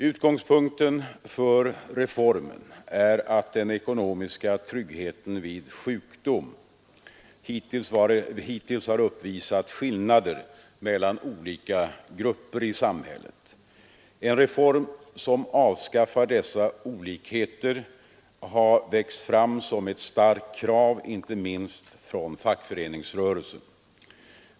Utgångspunkten för reformen är att den ekonomiska tryggheten vid sjukdom hittills har uppvisat skillnader mellan olika grupper i samhället. En reform som avskaffar dessa olikheter har växt fram som ett starkt krav inte minst från fackföreningsrörelsen.